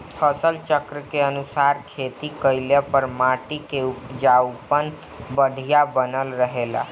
फसल चक्र के अनुसार खेती कइले पर माटी कअ उपजाऊपन बढ़िया बनल रहेला